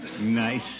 nice